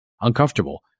Uncomfortable